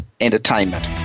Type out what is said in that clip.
entertainment